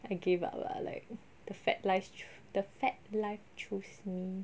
I gave up lah like the fat life cho~ the fat life choose me